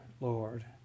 Lord